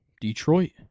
Detroit